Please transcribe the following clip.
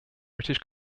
british